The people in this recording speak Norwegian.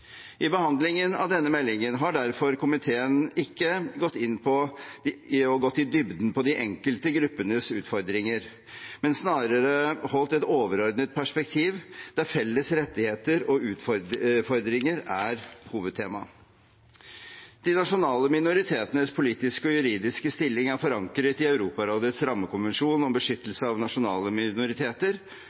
I behandlingen av denne meldingen har derfor komiteen ikke gått i dybden på de enkelte gruppenes utfordringer, men snarere holdt et overordnet perspektiv, der felles rettigheter og utfordringer er hovedtema. De nasjonale minoritetenes politiske og juridiske stilling er forankret i Europarådets rammekonvensjon om beskyttelse av nasjonale minoriteter